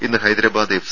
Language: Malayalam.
ഇന്ന് ഹൈദരാബാദ് എഫ്